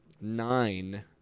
nine